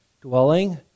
dwelling